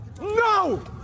no